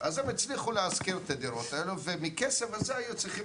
אז הם הצליחו להשכיר את הדירות הללו ומהכסף הזה הם היו צריכים